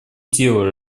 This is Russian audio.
дело